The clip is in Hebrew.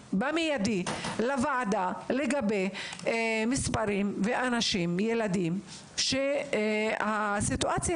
נתונים לוועדה לגבי מספרים וילדים שהסיטואציה